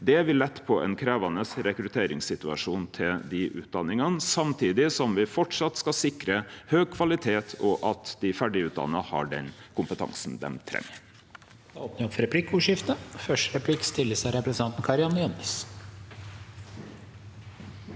Det vil lette på ein krevjande rekrutteringssituasjon til dei utdanningane samtidig som me framleis skal sikre høg kvalitet, og at dei ferdigutdanna har den kompetansen dei treng.